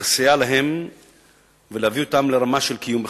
לסייע להם ולהביא אותם לרמה של קיום בכבוד.